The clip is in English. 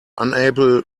unable